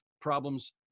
problems